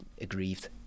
aggrieved